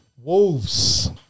Wolves